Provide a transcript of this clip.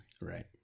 right